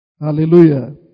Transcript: Hallelujah